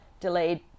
delayed